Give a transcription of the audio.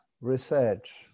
research